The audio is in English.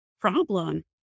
problem